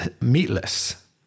meatless